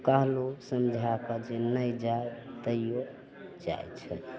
कहलहुँ समझाकऽ जे नहि जा तैयो जाइ छै